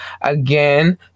Again